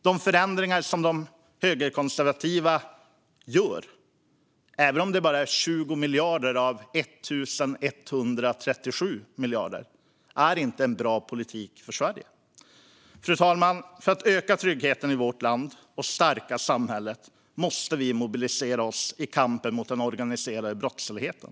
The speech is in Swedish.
De förändringar som de högerkonservativa gör, även om det bara handlar om 20 miljarder av 1 137 miljarder, är inte en bra politik för Sverige. Fru talman! För att öka tryggheten i vårt land och stärka samhället måste vi mobilisera oss i kampen mot den organiserade brottsligheten.